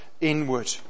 inward